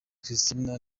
kristina